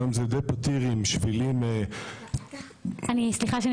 היום זה די פתיר עם שבילים --- סליחה שאני